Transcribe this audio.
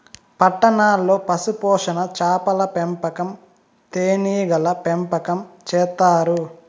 పట్టణాల్లో పశుపోషణ, చాపల పెంపకం, తేనీగల పెంపకం చేత్తారు